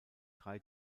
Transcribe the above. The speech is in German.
drei